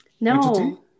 No